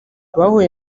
bahuye